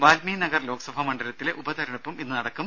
വാത്മീകി നഗർ ലോക്സഭാ മണ്ഡലത്തിലെ ഉപതിരഞ്ഞെടുപ്പും ഇന്ന് നടക്കും